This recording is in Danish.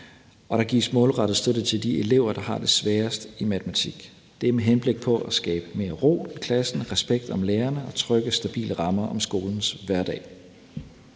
og der gives målrettet støtte til de elever, der har det sværest i matematik. Det er med henblik på at skabe mere ro i klassen, respekt om lærerne og trygge og stabile rammer om skolens hverdag.